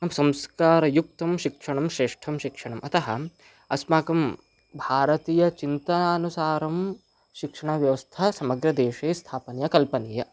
संस्कारयुक्तं शिक्षणं श्रेष्ठं शिक्षणम् अतः अस्माकं भारतीयचिन्तनानुसारं शिक्षणव्यवस्था समग्रदेशे स्थापनिया कल्पनीया